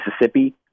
Mississippi